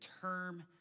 term